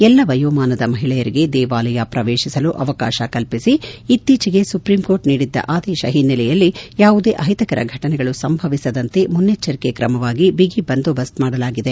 ಎಲ್ಲಾ ವಯೋಮಾನದ ಮಹಿಳೆಯರಿಗೆ ದೇವಾಲಯ ಪ್ರವೇಶಿಸಲು ಅವಕಾಶ ಕಲ್ಪಿಸಿ ಇತ್ತೀಚಿಗೆ ಸುಪ್ರೀಂಕೋರ್ಟ್ ನೀಡಿದ ಆದೇಶ ಹಿನ್ನೆಲೆಯಲ್ಲಿ ಯಾವುದೇ ಅಹಿತಕರ ಘಟನೆಗಳು ಸಂಭವಿಸದಂತೆ ಮುನ್ನೆಚ್ಚರಿಕೆ ಕ್ರಮವಾಗಿ ಬಿಗಿ ಬಂದೋಬಸ್ತ್ ಮಾಡಲಾಗಿದೆ